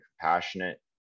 compassionate